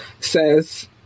says